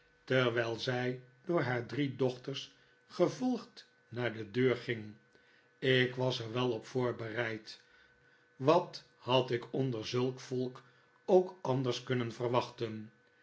terwijl zij door haar drie dochters gevolgd naar de deur ging ik was er wel op voorbereid wat had ik onder zulk volk ook anders kunnen verwachten